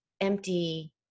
empty